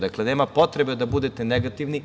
Dakle, nema potrebe da budete negativni.